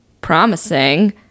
promising